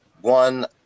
one